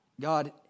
God